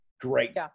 great